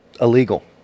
Illegal